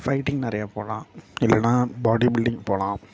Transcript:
fighting நிறைய போகலாம் இல்லைன்னா பாடி பில்டிங் போகலாம்